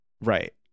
right